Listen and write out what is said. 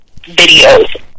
videos